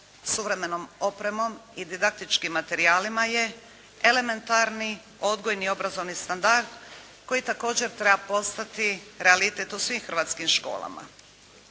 suvremenom opremom i didaktičkim materijalnima je elementarni odgojno-obrazovni standard koji također treba postati realitet u svim hrvatskim školama.